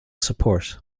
support